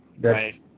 Right